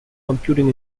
computing